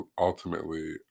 ultimately